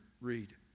read